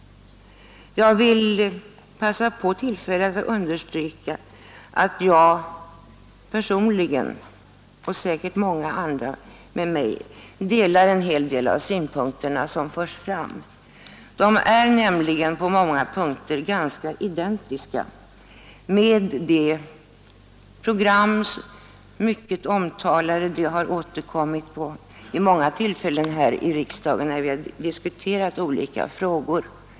Jag vill passa på tillfället att understryka att jag personligen, och säkert många med mig, delar en hel del av de synpunkter som förts fram. De är nämligen på många punkter ganska identiska med vårt mycket omtalade program, som har berörts vid många tillfällen här i riksdagen när vi har diskuterat olika frågor.